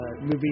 movie